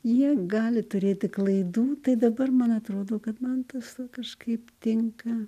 jie gali turėti klaidų tai dabar man atrodo kad man tas kažkaip tinka